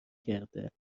کرده